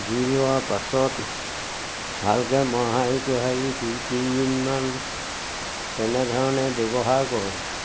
দি লোৱাৰ পাছত ভালকৈ মোহাৰি মোহাৰি দুই তিনদিনমান তেনেধৰণে ব্যৱহাৰ কৰোঁ